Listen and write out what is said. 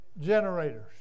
generators